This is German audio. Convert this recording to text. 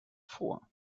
vor